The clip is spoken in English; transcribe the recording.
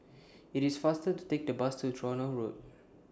IT IS faster to Take The Bus to Tronoh Road